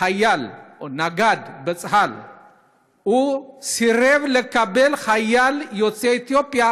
חייל או נגד בצה"ל סירב לקבל חייל יוצא אתיופיה